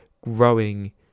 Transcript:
growing